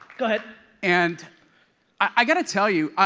but and i gotta tell you.